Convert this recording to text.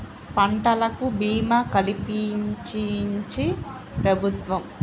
పంటలకు భీమా కలిపించించి ప్రభుత్వం